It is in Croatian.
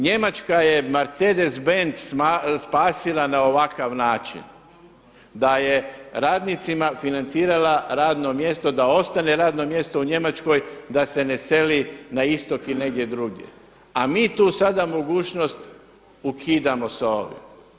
Njemačka je Mercedes Benz spasila na ovakav način da je radnicima financirala radno mjesto da ostane radno mjesto u Njemačkoj, da se ne seli na istok ili negdje drugdje a mi tu sada mogućnost ukidamo sa ovim.